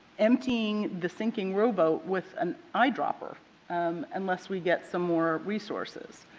emptying the sinking row boat with an eye dropper um unless we get some more resources.